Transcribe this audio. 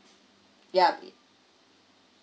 yup